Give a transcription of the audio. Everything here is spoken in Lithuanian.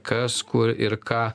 kas kur ir ką